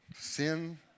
Sin